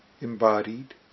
embodied